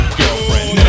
girlfriend